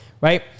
right